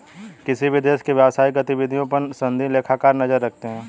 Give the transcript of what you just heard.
किसी भी देश की व्यवसायिक गतिविधियों पर सनदी लेखाकार नजर रखते हैं